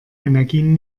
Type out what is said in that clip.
energien